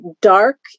dark